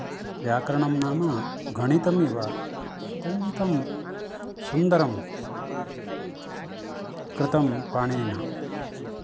व्याकरणं नाम गणितम् इव अत्यन्तं सुन्दरं कृतं पाणिनिना